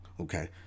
okay